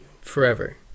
forever